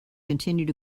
continued